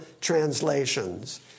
translations